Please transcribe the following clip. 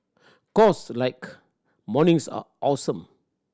cause like mornings are awesome